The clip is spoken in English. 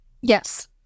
Yes